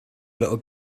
little